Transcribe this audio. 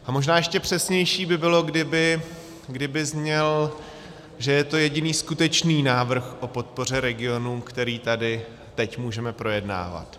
A možná ještě přesnější by bylo, kdyby zněl, že je to jediný skutečný návrh o podpoře regionů, který tady teď můžeme projednávat.